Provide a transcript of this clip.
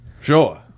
Sure